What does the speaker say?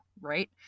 right